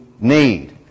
need